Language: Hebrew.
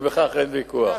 ועל כך אין ויכוח.